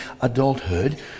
adulthood